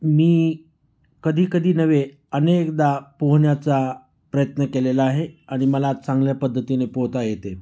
मी कधीकधी नव्हे अनेकदा पोहण्याचा प्रयत्न केलेला आहे आणि मला चांगल्या पद्धतीने पोहता येते